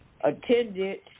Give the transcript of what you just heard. attended